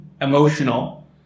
emotional